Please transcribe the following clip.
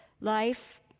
life